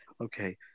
okay